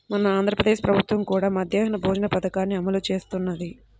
మన ఆంధ్ర ప్రదేశ్ ప్రభుత్వం కూడా మధ్యాహ్న భోజన పథకాన్ని అమలు చేస్తున్నది